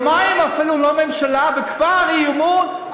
אפילו לא יומיים ממשלה וכבר אי-אמון?